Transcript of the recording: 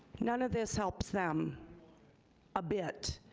none of this helps them a bit.